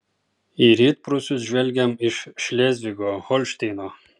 į rytprūsius žvelgiam iš šlėzvigo holšteino